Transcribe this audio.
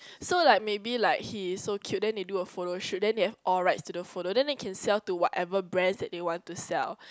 so like maybe like he is so cute then they do a photo shoot then they have all rights to the photo then they can sell to whatever brands that they want to sell